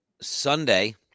Sunday